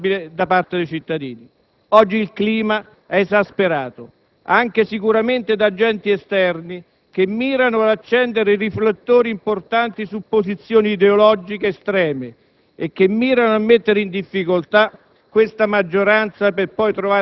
si sarebbero potuti trovare soluzioni e rimedi sicuramente apprezzabili dai cittadini. Oggi il clima è esasperato, anche sicuramente da agenti esterni che mirano ad accendere riflettori importanti su posizioni ideologiche estreme